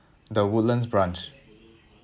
the woodlands branch